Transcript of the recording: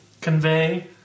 convey